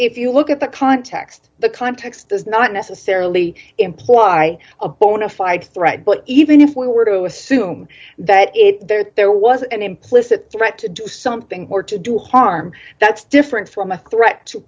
if you look at the context the context does not necessarily imply a bonafide threat but even if we were to assume that if there was an implicit threat to do something or to do harm that's different from a threat to